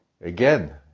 again